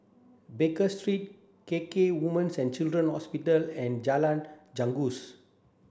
Baker Street K K Women's and Children's Hospital and Jalan Janggus